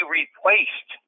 replaced